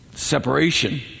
separation